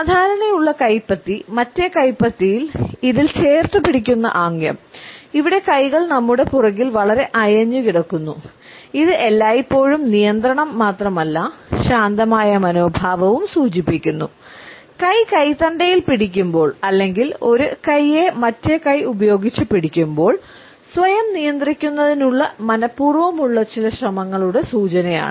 സാധാരണയുള്ള കൈപ്പത്തി മറ്റേ കൈപ്പത്തിയിൽ ഇതിൽ ചേർത്തു പിടിക്കുന്ന ആംഗ്യം ഇവിടെ കൈകൾ നമ്മുടെ പുറകിൽ വളരെ അയഞ്ഞുകിടക്കുന്നു ഇത് എല്ലായ്പ്പോഴും നിയന്ത്രണം മാത്രമല്ല ശാന്തമായ മനോഭാവവും സൂചിപ്പിക്കുന്നു കൈ കൈത്തണ്ടയിൽ പിടിക്കുമ്പോൾ അല്ലെങ്കിൽ ഒരു കൈയെ മറ്റേ കൈ ഉപയോഗിച്ച് പിടിക്കുമ്പോൾ സ്വയം നിയന്ത്രിക്കുന്നതിനുള്ള മനപൂർവമുള്ള ചില ശ്രമങ്ങളുടെ സൂചനയാണ്